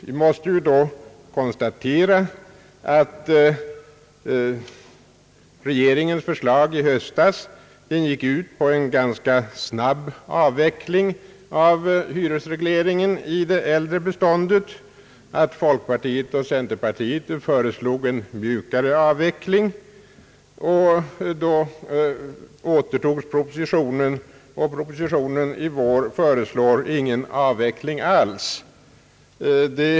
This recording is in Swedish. Vi måste ju då konstatera, att regeringens förslag i höstas gick ut på en ganska snabb avveckling av hyresregleringen i det äldre beståndet, att folkpartiet och centerpartiet föreslog en mjukare avveckling, att propositionen då återtogs och att den nya propositionen i vår inte föreslår någon avveckling alls.